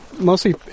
Mostly